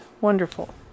wonderful